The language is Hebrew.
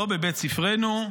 לא בבית ספרנו,